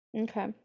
Okay